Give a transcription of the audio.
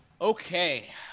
Okay